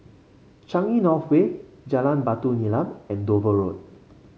Changi North Way Jalan Batu Nilam and Dover Road